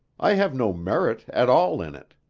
i have no merit at all in it.